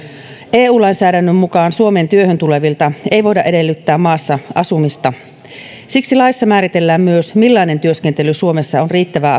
eu lainsäädännön mukaan suomeen työhön tulevilta ei voida edellyttää maassa asumista siksi laissa määritellään myös se millainen työskentely suomessa on riittävää